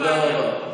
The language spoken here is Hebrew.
תודה רבה.